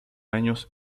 años